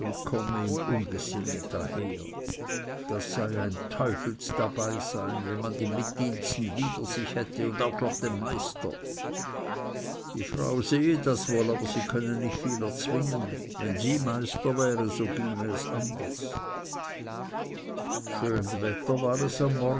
ungesinnet daher das sei ein teufels dabeisein wenn man die mitdiensten wider sich hätte und auch noch den meister die frau sehe das wohl aber sie könne nicht viel zwingen wenn sie meister wäre so ginge es anders schön wetter war es